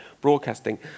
broadcasting